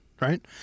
right